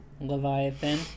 Leviathan